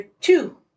two